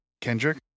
Kendrick